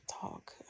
talk